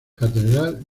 catedral